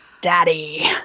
daddy